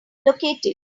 located